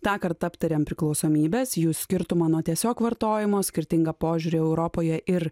tąkart aptarėm priklausomybes jų skirtumą nuo tiesiog vartojimo skirtingą požiūrį europoje ir